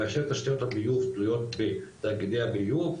כאשר תשתיות הביוב תלויות בתאגידי הביוב,